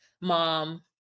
mom